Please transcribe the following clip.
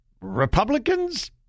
Republicans